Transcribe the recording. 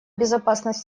безопасность